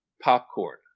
popcorn